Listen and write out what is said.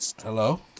Hello